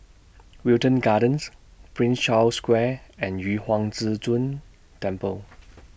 Wilton Gardens Prince Charles Square and Yu Huang Zhi Zun Temple